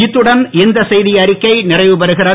இத்துடன் இந்த செய்திஅறிக்கை நிறைவுபெறுகிறது